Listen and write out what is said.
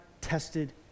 tested